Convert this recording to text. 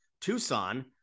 Tucson